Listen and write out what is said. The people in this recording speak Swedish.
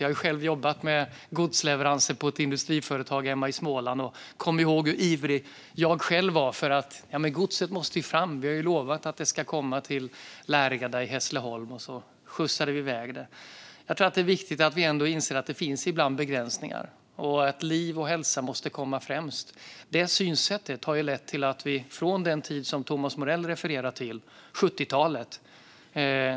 Jag har själv jobbat med godsleveranser på ett industriföretag hemma i Småland. Jag kommer ihåg hur ivrig jag själv var. Godset måste fram. Vi har ju lovat att det ska komma till Läreda i Hässleholm. Och så skjutsade vi i väg det. Det är viktigt att vi inser att det ibland finns begränsningar och att liv och hälsa måste komma främst. Det synsättet har lett till utvecklingen från den tid som Thomas Morell refererar till på 70-talet.